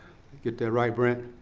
get that right, brent?